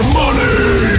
money